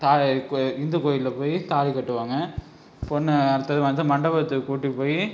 தாலி கோ இந்து கோயிலில் போய் தாலி கட்டுவாங்க பொண்ணை அடுத்தது வந்து மண்டபத்துக்கு கூட்டிப் போய்